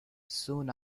soon